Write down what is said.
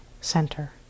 center